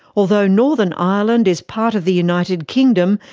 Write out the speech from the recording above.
although northern ireland is part of the united kingdom,